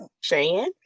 Shane